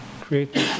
create